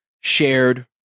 shared